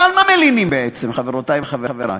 ועל מה מלינים, בעצם, חברותי וחברי?